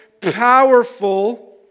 powerful